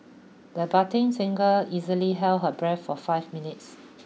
the budding singer easily held her breath for five minutes